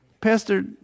Pastor